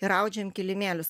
ir audžiam kilimėlius